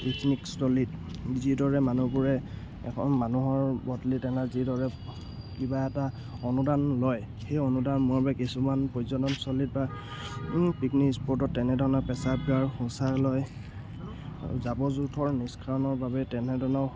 picnic স্থলীত যিদৰে মানুহবোৰে এখন মানুহৰ বদলি তেনে যিদৰে কিবা এটা অনুদান লয় সেই অনুদান মোৰ বাবে কিছুমান পৰ্যনস্থলীত বা পিকনিক স্পটত তেনেধৰণৰ প্ৰস্ৰাবগাৰ শৌচালয় জাবৰ জোঁথৰ নিষ্কাৰণৰ বাবে তেনেধৰণৰ